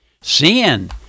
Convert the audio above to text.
Sin